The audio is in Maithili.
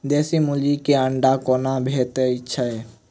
देसी मुर्गी केँ अंडा कोना भेटय छै?